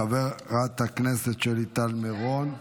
חברת הכנסת שלי טל מירון,